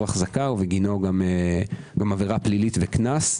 החזקה ובגינו גם עבירה פלילית וקנס,